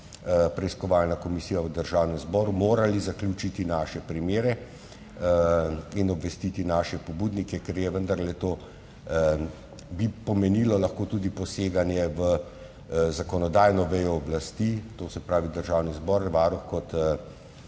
preiskovalna komisija v Državnem zboru, morali zaključiti naše primere in obvestiti naše pobudnike, ker bi vendar to lahko pomenilo tudi poseganje v zakonodajno vejo oblasti, to se pravi v Državni zbor, Varuh kot